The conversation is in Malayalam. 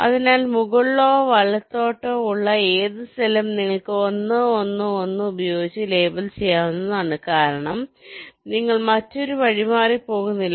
അതിനാൽ മുകളിലോ വലത്തോട്ടോ ഉള്ള ഏത് സെല്ലും നിങ്ങൾക്ക് 1 1 1 ഉപയോഗിച്ച് ലേബൽ ചെയ്യാവുന്നതാണ് കാരണം നിങ്ങൾ മറ്റൊരു വഴിമാറി പോകുന്നില്ല